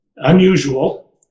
unusual